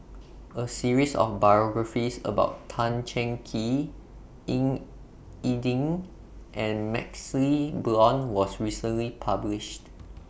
A series of biographies about Tan Cheng Kee Ying E Ding and MaxLe Blond was recently published